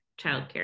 childcare